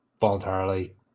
voluntarily